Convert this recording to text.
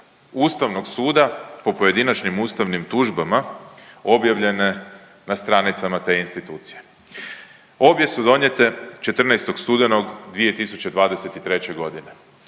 Ustavnog suda po pojedinačnim ustavnim tužbama objavljene na stranicama te institucije. Obje su donijete 14. studenog 2023. godine